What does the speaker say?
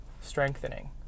strengthening